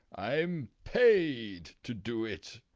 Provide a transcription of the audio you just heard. i am paid to do it.